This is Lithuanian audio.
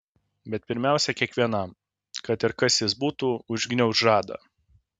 bet pirmiausia kiekvienam kad ir kas jis būtų užgniauš žadą